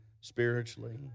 spiritually